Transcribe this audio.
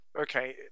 Okay